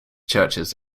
churches